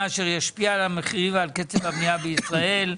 אשר ישפיע על המחירים ועל קצב הבנייה בישראל,